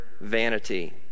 vanity